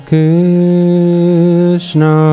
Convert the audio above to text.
Krishna